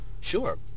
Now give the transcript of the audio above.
sure